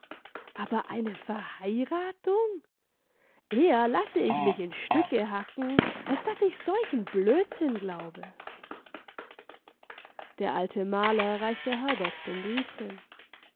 aber eine verheiratung eher lasse ich mich in stücke hacken als daß ich solchen blödsinn glaube der alte maler reichte herbert den brief hin